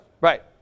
Right